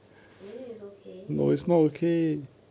really it's okay